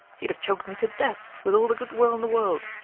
he'd have choked me to death, with all the good will in the world!